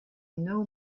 know